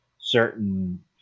certain